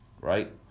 Right